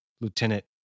Lieutenant